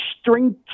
string